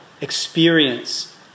experience